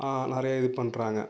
நிறையா இது பண்ணுறாங்க